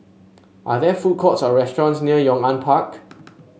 are there food courts or restaurants near Yong An Park